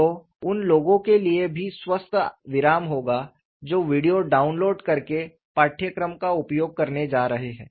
तो उन लोगों के लिए भी स्वस्थ विराम होगा जो वीडियो डाउनलोड करके पाठ्यक्रम का उपयोग करने जा रहे हैं